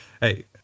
Hey